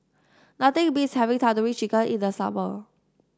nothing beats having Tandoori Chicken in the summer